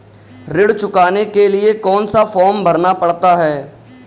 ऋण चुकाने के लिए कौन सा फॉर्म भरना पड़ता है?